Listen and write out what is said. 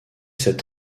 cet